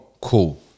Cool